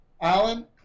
Alan